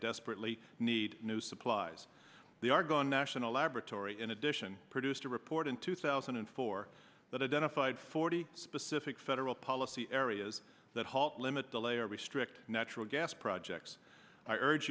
desperately need new supplies the argonne national laboratory in addition produced a report in two thousand and four that identified forty specific federal policy areas that halt limit delay or restrict natural gas projects i urge